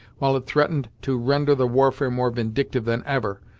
while it threatened to render the warfare more vindictive than ever,